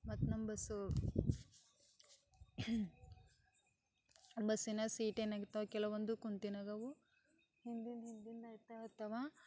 ಮತ್ತು ನಮ್ಮ ಬಸ್ ಬಸ್ಸಿನಾಗ ಸೀಟೇನಾಗಿರ್ತವ ಕೆಲವೊಂದು ಕುಂತೇನಾಗವು